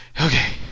Okay